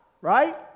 right